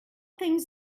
things